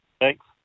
Thanks